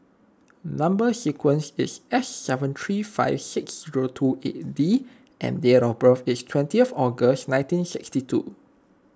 Number Sequence is S seven three five six zero two eight D and date of birth is twentieth August nineteen sixty two